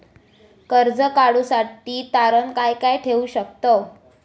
कर्ज काढूसाठी तारण काय काय ठेवू शकतव?